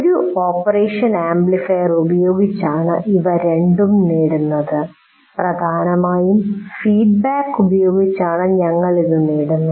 ഒരു operation amplifier ഉപയോഗിച്ചാണ് ഇവ രണ്ടും നേടുന്നത് പ്രധാനമായും ഫീഡ്ബാക്ക് ഉപയോഗിച്ചാണ് ഞങ്ങൾ ഇത് നേടുന്നത്